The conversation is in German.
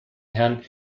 herrn